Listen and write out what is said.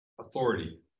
authority